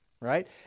right